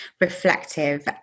reflective